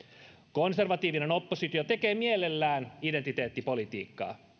konservatiivinen oppositio tekee mielellään identiteettipolitiikkaa